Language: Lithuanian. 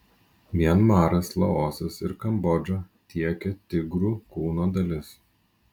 mianmaras laosas ir kambodža tiekia tigrų kūno dalis